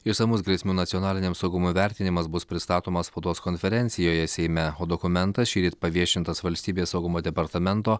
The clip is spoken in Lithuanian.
išsamus grėsmių nacionaliniam saugumui vertinimas bus pristatomas spaudos konferencijoje seime o dokumentas šįryt paviešintas valstybės saugumo departamento